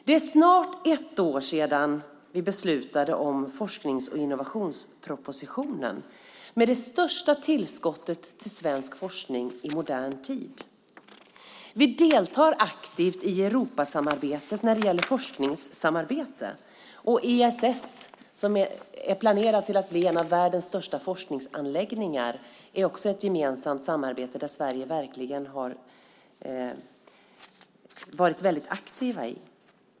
Det är snart ett år sedan vi beslutade om forsknings och innovationspropositionen med det största tillskottet till svensk forskning i modern tid. Vi deltar aktivt i Europasamarbetet när det gäller forskning. ESS, som är planerat att bli en av världens största forskningsanläggningar, är också ett gemensamt samarbete, där Sverige verkligen har varit väldigt aktivt.